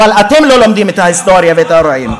אבל אתם לא לומדים את ההיסטוריה ואת האירועים.